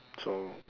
so